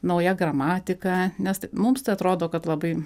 nauja gramatika nes ti mums atrodo kad labai